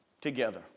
together